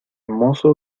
mozo